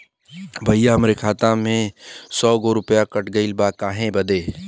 भईया हमरे खाता मे से सौ गो रूपया कट गइल बा काहे बदे?